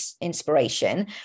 inspiration